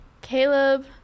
Caleb